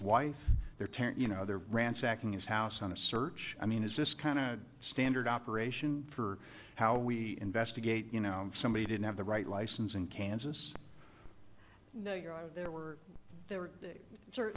wife their tent you know they're ransacking his house on a search i mean is this kind of standard operation for how we investigate you know somebody didn't have the right license in kansas no you're there were there certain